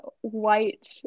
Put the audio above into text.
white